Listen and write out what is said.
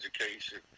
education